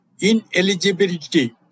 ineligibility